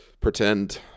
Pretend